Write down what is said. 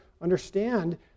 understand